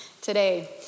today